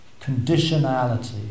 conditionality